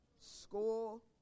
school